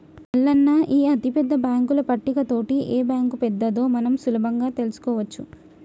మల్లన్న ఈ అతిపెద్ద బాంకుల పట్టిక తోటి ఏ బాంకు పెద్దదో మనం సులభంగా తెలుసుకోవచ్చు